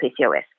PCOS